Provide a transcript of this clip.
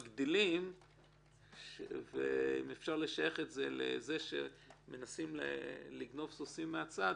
מגדילים ואם אפשר לשייך לזה שמנסים לגנוב סוסים מהצד,